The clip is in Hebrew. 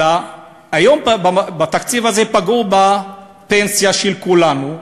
אלא היום, בתקציב הזה, פגעו בפנסיה של כולנו,